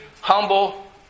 humble